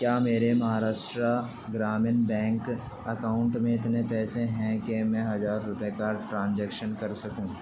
کیا میرے Maharashtra Gramin bank account میں اتنے پیسے ہیں کہ میں ہزار روپے کا ٹرانجیکشن کر سکوں